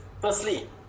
Firstly